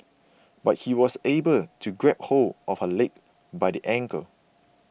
but he was able to grab hold of her leg by the ankle